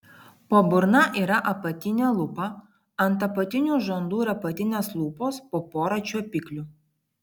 po burna yra apatinė lūpa ant apatinių žandų ir apatinės lūpos po porą čiuopiklių